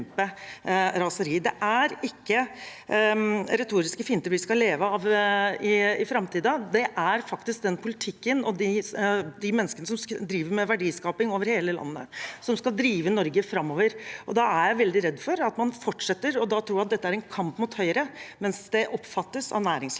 Det er ikke retoriske finter vi skal leve av i framtiden. Det er faktisk den politikken og de menneskene som driver med verdiskaping over hele landet, som skal drive Norge framover. Da er jeg veldig redd for at man fortsetter å tro at dette er en kamp mot Høyre, mens det av næringslivet